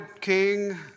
king